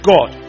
God